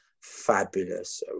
fabulous